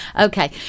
Okay